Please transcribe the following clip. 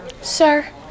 Sir